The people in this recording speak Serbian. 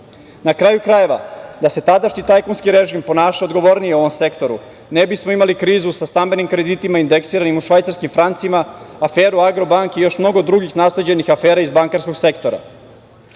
kraju krajeva, da se tadašnji tajkunski režim ponašao odgovornije u ovom sektoru ne bismo imali krizu sa stambenim kreditima indeksiranim u švajcarskim francima, aferu „Agro banke“ i još mnogo drugih nasleđenih afera iz bankarskog sektora. Ova